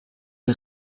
der